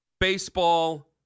baseball